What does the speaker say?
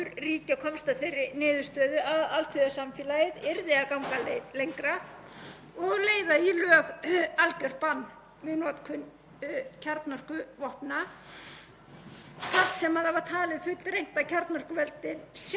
kjarnorkuvopna, þar sem talið var fullreynt að kjarnorkuveldin sjálf myndu stuðla að útrýmingu þeirra innan gildandi sáttmála.